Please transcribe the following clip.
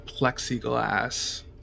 plexiglass